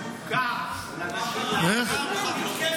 --- מתקפת